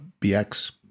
BX